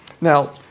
Now